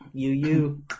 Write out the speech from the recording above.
UU